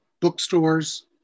bookstores